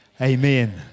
Amen